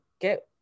get